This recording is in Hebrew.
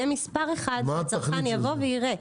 מספר אחד שהצרכן יבוא ויראה.